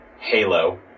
Halo